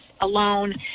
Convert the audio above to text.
alone